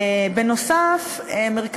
נוסף על כך,